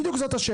בדיוק זו השאלה.